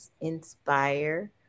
inspire